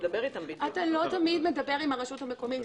לא תמיד מדבר עם הרשות המקומית.